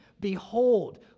Behold